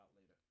later